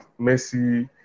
Messi